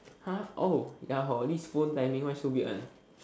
!huh! oh ya hor this phone timing why so weird one